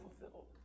fulfilled